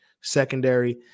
secondary